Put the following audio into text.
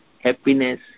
happiness